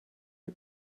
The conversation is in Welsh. nhw